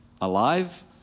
alive